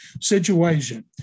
situation